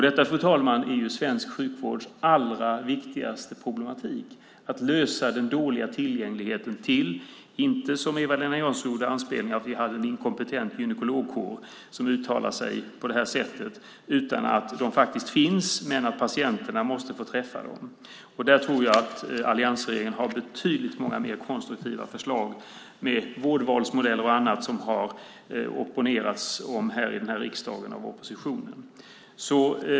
Detta, fru talman, är den allra viktigaste problematiken att lösa inom svensk sjukvård, den dåliga tillgängligheten. Det är inte, som Eva-Lena Jansson gjorde anspelningar på, att vi har en inkompetent gynekologkår som uttalat sig på det här sättet. Gynekologer finns faktiskt, men patienterna måste få träffa dem. Där tror jag att alliansregeringen har betydligt många fler konstruktiva förslag med vårdvalsmodell och annat som det har opponerats mot här i riksdagen av oppositionen.